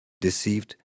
deceived